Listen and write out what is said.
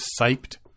siped